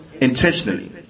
intentionally